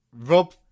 Rob